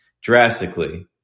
drastically